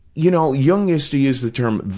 you know, jung used to use the term,